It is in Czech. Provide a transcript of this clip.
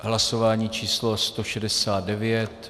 Hlasování číslo 169.